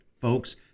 Folks